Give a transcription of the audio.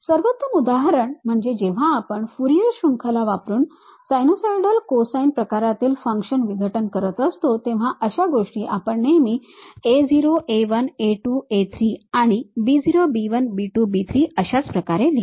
सर्वोत्तम उदाहरण म्हणजे जेव्हा आपण फुरियर शृंखला वापरून साइनसॉइडल कोसाइन प्रकारातील फंक्शनचे विघटन करत असतो तेव्हा अशा गोष्टी आपण नेहमी a0 a1 a2 a3 आणि b0 b1 b2 b3 अशाच प्रकारे लिहितो